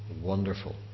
wonderful